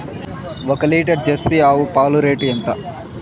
ఒక litre Jersey ఆవు పాలు రేటు ఎంత?